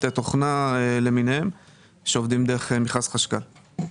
בתי תוכנה למיניהם שעבדים דרך מכרז חשכ"ל.